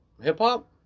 hip-hop